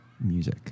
music